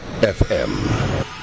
FM